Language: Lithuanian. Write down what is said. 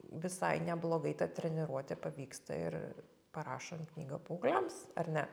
visai neblogai ta treniruotė pavyksta ir parašant knygą paaugliams ar ne